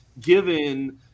given